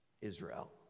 Israel